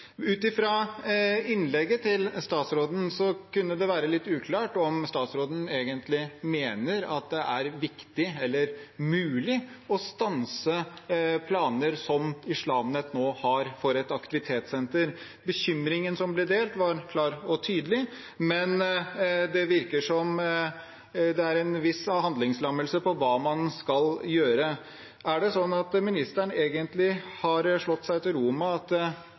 Ut fra innlegget til statsråden kan det være litt uklart om statsråden egentlig mener det er viktig eller mulig å stanse planer som Islam Net har for et aktivitetssenter. Bekymringen som ble delt, var klar og tydelig, men det virker som det er en viss handlingslammelse når det gjelder hva man skal gjøre. Er det sånn at statsråden egentlig har slått seg til ro med at